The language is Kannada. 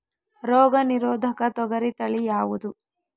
ರೋಗ ನಿರೋಧಕ ತೊಗರಿ ತಳಿ ಯಾವುದು?